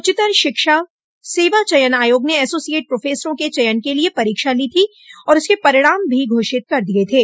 उच्चतर शिक्षा सेवा चयन आयोग ने एसोसिएट प्रोफेसरों के चयन के लिये परीक्षा ली थी और उसके परिणाम भी घोषित कर दिये थे